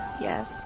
Yes